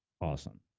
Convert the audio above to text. Awesome